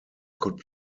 could